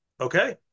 Okay